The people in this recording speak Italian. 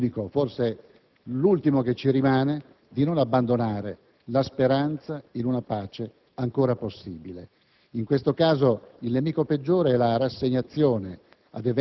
unico - forse l'ultimo che ci resta - di non abbandonare la speranza in una pace ancora possibile. In questo caso il nemico peggiore è la rassegnazione